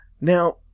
Now